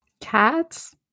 Cats